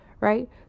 Right